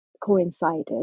coincided